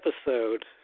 episode